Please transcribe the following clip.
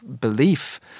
belief